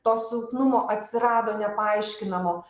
to silpnumo atsirado nepaaiškinamo